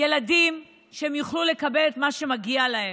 ילדים שיוכלו לקבל את המגיע להם.